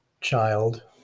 child